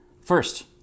First